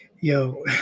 Yo